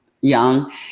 young